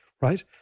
Right